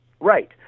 Right